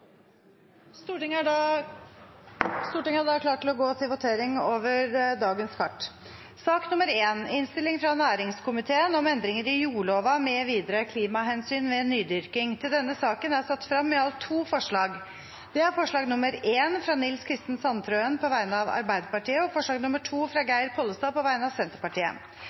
Stortinget klar til å gå til votering over sakene på dagens kart. Under debatten er det satt frem i alt to forslag. Det er forslag nr. 1, fra Nils Kristen Sandtrøen på vegne av Arbeiderpartiet forslag nr. 2, fra Geir Pollestad på vegne av Senterpartiet